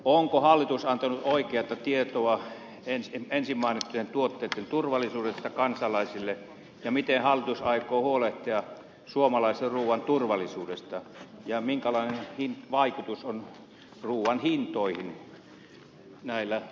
onko hallitus antanut oikeata tietoa ensinmainittujen tuotteitten turvallisuudesta kansalaisille miten hallitus aikoo huolehtia suomalaisen ruuan turvallisuudesta ja minkälainen vaikutus näillä tapauksilla on ruuan hintoihin